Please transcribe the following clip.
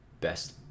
Best